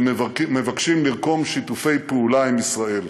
שמבקשים לרקום שיתופי פעולה עם ישראל.